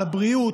על הבריאות,